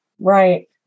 Right